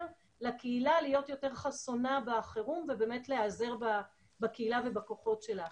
לקהילה להיות יותר חסונה בחירום ולהיעזר בקהילה ובכוחות שלה.